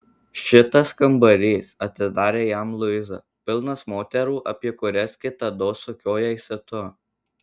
šitas kambarys atitarė jam luiza pilnas moterų apie kurias kitados sukiojaisi tu